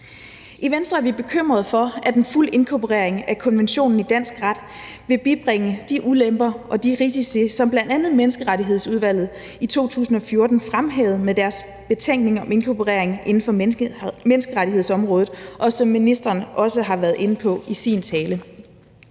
I Venstre er vi bekymrede for, at en fuld inkorporering af konventionen i dansk ret vil bibringe de ulemper og de risici, som bl.a. Menneskeretsudvalget i 2014 fremhævede med deres betænkning om inkorporering inden for menneskerettighedsområdet, og som ministeren også har været inde på i sin tale.